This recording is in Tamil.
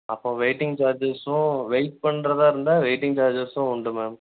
அப்போ வெயிட்டிங் சார்ஜஸும் வெயிட் பண்ணுறதா இருந்தால் வெயிட்டிங் சார்ஜஸும் உண்டு மேம்